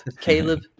Caleb